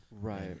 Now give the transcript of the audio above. Right